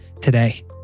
today